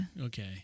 Okay